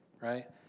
right